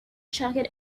jacket